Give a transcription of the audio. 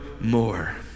more